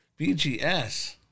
BGS